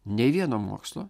nei vieno mokslo